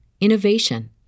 innovation